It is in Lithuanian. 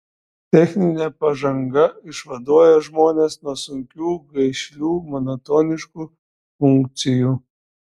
techninė pažanga išvaduoja žmones nuo sunkių gaišlių monotoniškų funkcijų